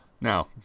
Now